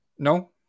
No